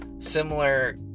similar